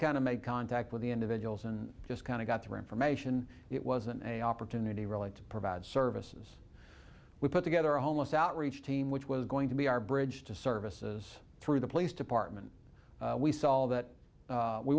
kind of made contact with the individuals and just kind of got through information it wasn't a opportunity really to provide services we put together a homeless outreach team which was going to be our bridge to services through the police department we saw that